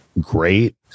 great